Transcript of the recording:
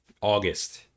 august